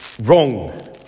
wrong